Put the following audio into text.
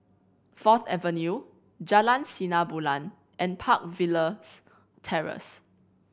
Fourth Avenue Jalan Sinar Bulan and Park Villas Terrace